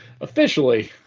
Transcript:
officially